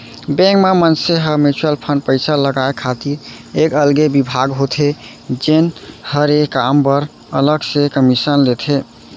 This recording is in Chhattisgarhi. बेंक म मनसे ह म्युचुअल फंड पइसा लगाय खातिर एक अलगे बिभाग होथे जेन हर ए काम बर अलग से कमीसन लेथे